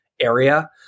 area